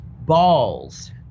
balls